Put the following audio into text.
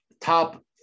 Top